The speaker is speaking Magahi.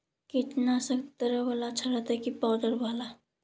कीटनाशक तरल बाला अच्छा रहतै कि पाउडर बाला?